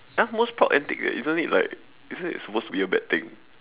!huh! most proud antic eh isn't it like isn't it supposed to be a bad thing